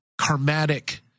karmatic